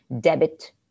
debit